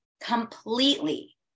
completely